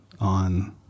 on